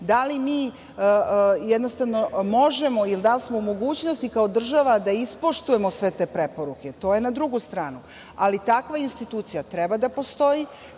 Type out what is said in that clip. Da li mi možemo ili da li smo u mogućnosti kao država da ispoštujemo sve te preporuke, to je na drugu stranu, ali takva institucija treba da postoji,